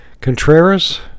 Contreras